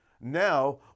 Now